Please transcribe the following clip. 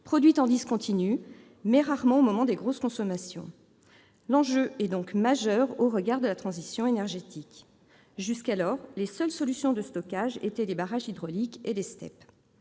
produites en discontinu, mais rarement aux moments de grosse consommation. L'enjeu est donc majeur au regard de la transition énergétique. Jusqu'alors, les seules solutions de stockage étaient les barrages hydrauliques et les stations